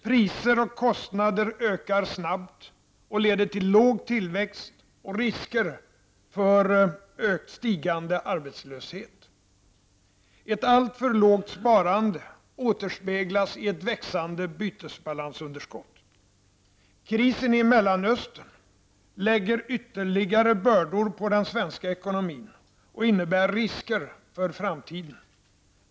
Priser och kostnader ökar snabbt och leder till låg tillväxt och risker för stigande arbetslöshet. Ett alltför lågt sparande återspeglas i ett växande bytesbalansunderskott. Krisen i Mellanöstern lägger ytterligare bördor på den svenska ekonomin och innebär risker för framtiden.